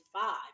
five